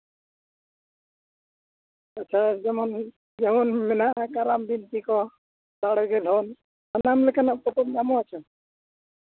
ᱟᱪᱪᱷᱟ ᱡᱮᱢᱚᱱ ᱡᱮᱢᱚᱱ ᱢᱮᱱᱟᱜᱼᱟ ᱠᱟᱨᱟᱢ ᱵᱤᱱᱛᱤ ᱠᱚ ᱫᱟᱲᱮ ᱜᱮ ᱫᱷᱚᱱ ᱥᱟᱱᱟᱢ ᱞᱮᱠᱟᱱᱟᱜ ᱯᱚᱛᱚᱵ ᱧᱟᱢᱚᱜᱼᱟ ᱪᱮ